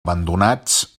abandonats